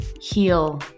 heal